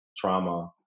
trauma